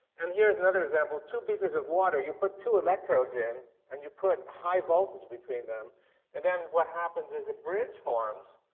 and here's another example. two beakers of water. you put two electrodes in, and you put high voltage between them and then what happens is a bridge forms,